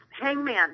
hangman